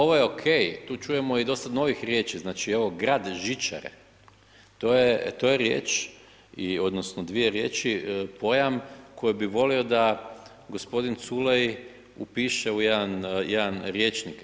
Ovo, ovo je okej, tu čujemo i dosta novih riječi, znači, evo grad žičare, to je riječ odnosno dvije riječi, pojam koji bi volio da g. Culej upiše u jedan riječnik.